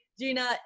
Gina